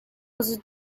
was